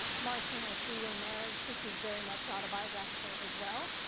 ah marston had a three-way marriage. this was very much autobiographical, as well.